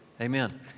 Amen